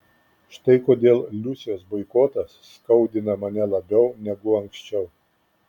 štai kodėl liusės boikotas skaudina mane labiau negu anksčiau